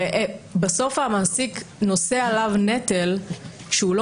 הרי בסוף המעסיק נושא עליו נטל כשהוא לא